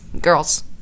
Girls